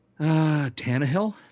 Tannehill